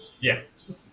Yes